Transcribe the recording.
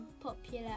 popular